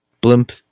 blimp